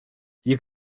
you